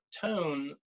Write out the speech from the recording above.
tone